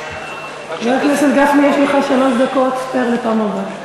חבר הכנסת גפני, יש לך שלוש דקות ספייר לפעם הבאה.